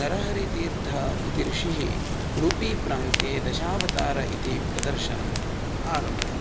नरहरितीर्थः इति ऋषिः उडुपिप्रान्ते दशावतारः इति प्रदर्शनम् आरब्धवान्